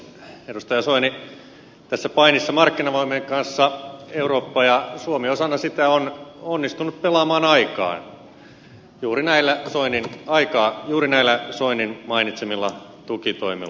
edustaja soini tässä painissa markkinavoimien kanssa eurooppa ja suomi osana sitä on onnistunut pelaamaan aikaa juuri näillä soinin mainitsemilla tukitoimilla